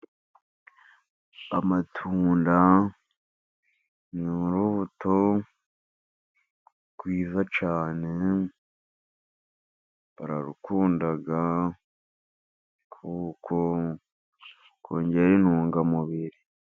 Amatunda ni urubuto rwiza cyane bararukunda kuko rwongera intungamubiri.